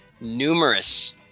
numerous